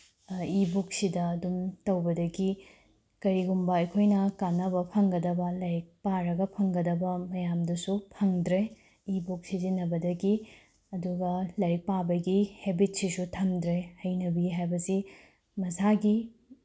E ꯕꯨꯛꯁꯤꯗ ꯑꯗꯨꯝ ꯇꯧꯕꯗꯒꯤ ꯀꯔꯤꯒꯨꯝꯕ ꯑꯩꯈꯣꯏꯅ ꯀꯥꯅꯕ ꯐꯪꯒꯗꯕ ꯂꯥꯏꯔꯤꯛ ꯄꯥꯔꯒ ꯐꯪꯒꯗꯕ ꯃꯌꯥꯝꯗꯨꯁꯨ ꯐꯪꯗ꯭ꯔꯦ ꯏ ꯕꯨꯛ ꯁꯤꯖꯤꯟꯅꯕꯗꯒꯤ ꯑꯗꯨꯒ ꯂꯥꯏꯔꯤꯛ ꯄꯥꯕꯒꯤ ꯍꯦꯕꯤꯠꯁꯤꯁꯨ ꯊꯝꯗ꯭ꯔꯦ ꯍꯩꯅꯕꯤ ꯍꯥꯏꯕꯁꯤ ꯃꯁꯥꯒꯤ